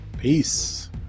Peace